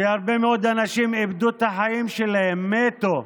שהרבה מאוד אנשים איבדו את החיים שלהם, מתו,